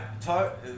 talk